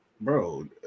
bro